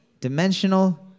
dimensional